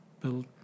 built